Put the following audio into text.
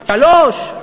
שלוש?